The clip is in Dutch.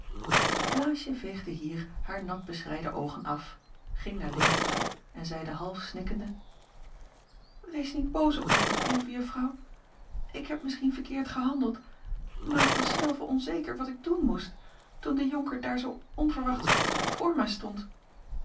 klaasje veegde hier haar natbeschreide oogen af ging naar leentje toe en zeide half snikkende wees niet boos op mij lieve juffrouw ik heb misschien verkeerd gehandeld maar ik was zelve onzeker wat ik doen moest toen de jonker daar zoo onverwachts voor mij stond